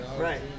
Right